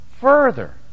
further